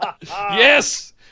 Yes